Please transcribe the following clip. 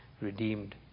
redeemed